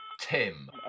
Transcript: Tim